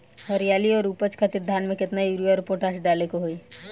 हरियाली और उपज खातिर धान में केतना यूरिया और पोटाश डाले के होई?